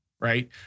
right